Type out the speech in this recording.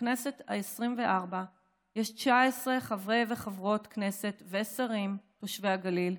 בכנסת העשרים-וארבע יש 19 חברי וחברות כנסת ושרים תושבי הגליל.